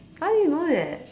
how do you know that